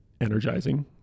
energizing